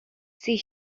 see